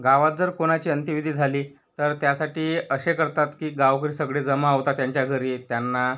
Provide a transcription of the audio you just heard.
गावात जर कोणाची अंत्यविधी झाली तर त्यासाठी असे करतात की गावकरी सगळे जमा होतात त्यांच्या घरी त्यांना